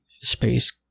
space